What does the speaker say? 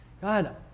God